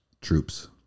troops